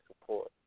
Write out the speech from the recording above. support